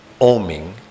oming